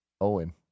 Owen